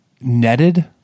Netted